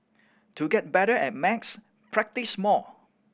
to get better at max practise more